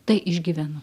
tai išgyvenu